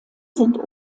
sind